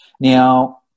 Now